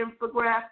infographic